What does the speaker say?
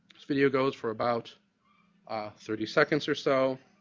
this video goes for about ah thirty seconds or so.